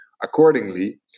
accordingly